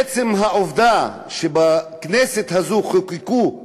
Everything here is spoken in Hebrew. עצם העובדה שבכנסת הזאת חוקקו,